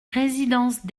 résidence